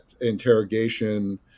interrogation